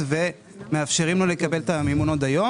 כששואלים שאלות ענייניות אתה לא אוהב את זה.